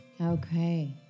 Okay